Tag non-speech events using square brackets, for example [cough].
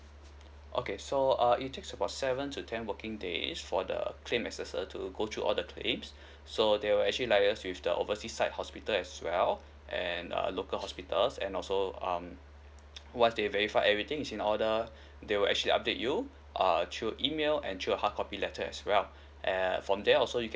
okay so uh it takes about seven to ten working days for the claim accessor to go through all the claims so they will actually liaise with the oversea side hospital as well and uh local hospitals and also um [noise] once they verify everything is in order they will actually update you err through email and through a hardcopy letter as well err from there also you